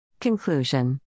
Conclusion